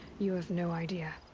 you have no idea.